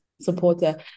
supporter